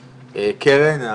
קרן,